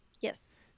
yes